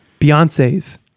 Beyonce's